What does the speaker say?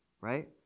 right